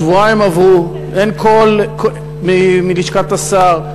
שבועיים עברו, אין קול מלשכת השר.